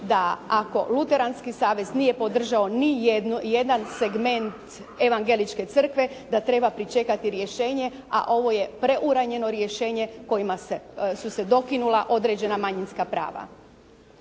da ako Luteranski savez nije podržao ni jednu, jedan segment Evangelističke crkve da treba pričekati rješenje, a ovo je preuranjeno rješenje kojima su se dokinula određena manjinska prava.